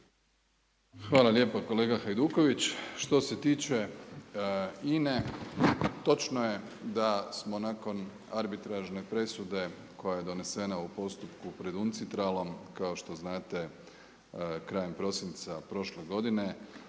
Hvala lijepa kolega Hajduković. Što se tiče INA-e točno je da smo nakon arbitražne presude koja je donesena u postupku … /Govornik se ne razumije./ … kao što znate krajem prosinca prošle godine